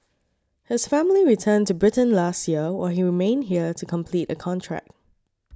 his family returned to Britain last year while he remained here to complete a contract